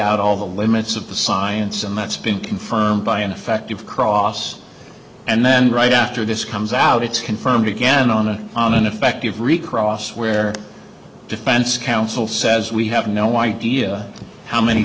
out all the limits of the science and that's been confirmed by ineffective cross and then right after this comes out it's confirmed again on an ineffective recross where defense counsel says we have no idea how many